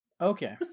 Okay